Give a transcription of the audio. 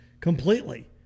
completely